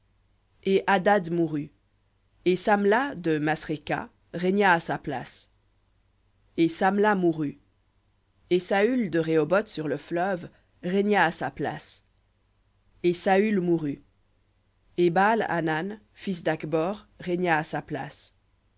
et hadad mourut et samla de masréka régna à sa place et samla mourut et saül de rehoboth sur le fleuve régna à sa place et saül mourut et baal hanan fils d'acbor régna à sa place